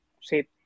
say